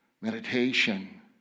meditation